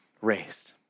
raised